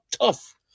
tough